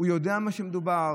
הוא יודע מה מדובר,